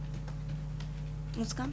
מוסכם.